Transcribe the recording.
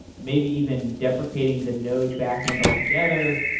maybe even deprecating the node backend altogether.